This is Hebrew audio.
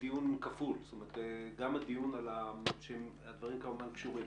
אנחנו מנהלים פה דיון כפול הדברים כמובן קשורים,